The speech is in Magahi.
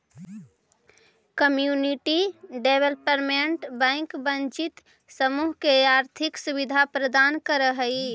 कम्युनिटी डेवलपमेंट बैंक वंचित समूह के आर्थिक सुविधा प्रदान करऽ हइ